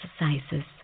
exercises